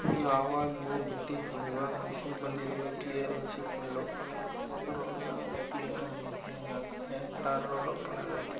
ಅವಾಗ ಊರು ಬಿಟ್ಟಿದ್ದು ಇವಾಗ ಮೈಸೂರಿಗೆ ಬಂದಿದೀನಿ ಕ್ಲಿಯರೆನ್ಸು ಫುಲ್ಲು ರೋಡುಗಳೆಲ್ಲ ಕ್ಲಿಯರ್ ಆಗೈತೆ ಎಲ್ಲ ಕಡೆ ಟಾರ್ ರೋಡ್ ಓಪನ್ ಆಗೈತೆ